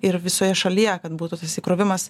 ir visoje šalyje kad būtų tas įkrovimas